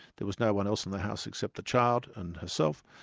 there was no-one else in the house except the child and herself,